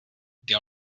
they